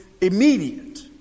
immediate